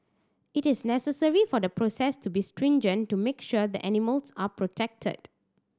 it is necessary for the process to be stringent to make sure that animals are protected